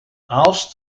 aalst